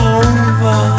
over